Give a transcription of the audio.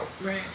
right